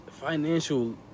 financial